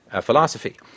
philosophy